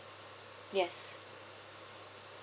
yes